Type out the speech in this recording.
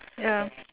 ya